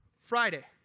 Friday